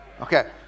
Okay